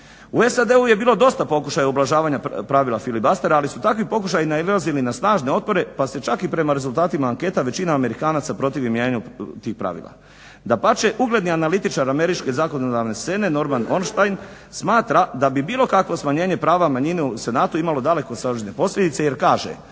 U SAD je bilo dosta pokušaja ublažavanja pravila filibustera ali se takvi pokušaji nailazili na snažne otpore pa se čak i prema rezultatima anketa većina Amerikanaca protivi mijenjanju tih pravila. Dapače, ugledni analitičar američke zakonodavne scene Norman J. Ornstein smatra da bi bilo kakvo smanjenje prava manjine u senatu imalo dalekosežne posljedice jer kaže: